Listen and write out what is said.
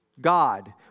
God